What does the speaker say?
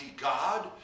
God